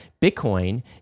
Bitcoin